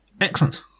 Excellent